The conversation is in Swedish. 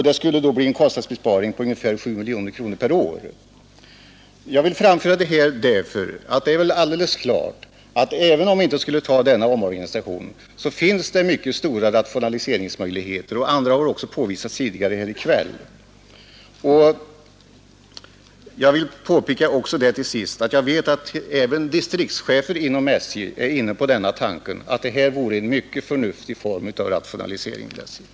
Det skulle då bli en kostnadsbesparing på ungefär 7 miljoner kronor per år. Jag vill framföra detta därför att det är klart att även om vi inte skulle ta denna omorganisation finns det mycket stora rationaliseringsmöjligheter. Sådana har också påvisats tidigare här i kväll. Jag vill till sist påpeka att jag vet att även distriktschefer inom SJ är inne på tanken att detta vore en mycket förnuftig form av rationalisering inom SJ.